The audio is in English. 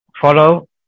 follow